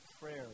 prayer